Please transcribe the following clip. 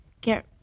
get